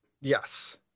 yes